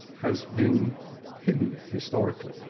has been hidden historically.